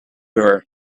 her